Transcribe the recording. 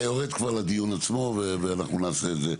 אתה יורד כבר לדיון עצמו ואנחנו נעשה את זה.